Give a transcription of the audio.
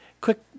quick